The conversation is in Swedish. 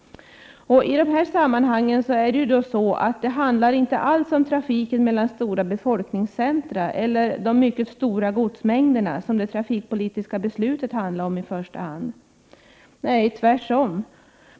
I det här sammanhangen handlar det inte alls om trafiken mellan stora befolkningscentra eller om de mycket stora godsmängderna, vilket var vad det trafikpolitiska beslutet i första hand handlade om. Tvärtom.